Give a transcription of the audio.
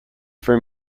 for